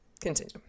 Continue